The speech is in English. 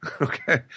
okay